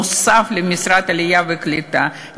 נוסף על משרד העלייה וקליטה,